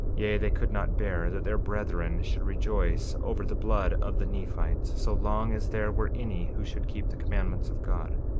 yea, they could not bear that their brethren should rejoice over the blood of the nephites, so long as there were any who should keep the commandments of god,